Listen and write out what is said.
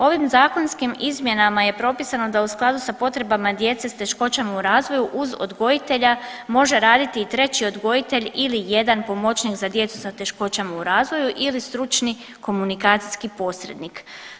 Ovim zakonskim izmjenama je propisano da u skladu sa potrebama djece s teškoćama u razvoju uz odgojitelja može raditi i treći odgojitelj ili jedan pomoćnik za djecu sa teškoćama u razvoju ili stručni komunikacijski posrednik.